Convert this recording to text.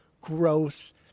gross